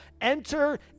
enter